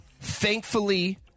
Thankfully